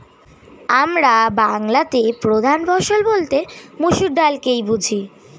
আমরা বাংলাতে প্রধান ফসল বলতে মসুর ডালকে বুঝি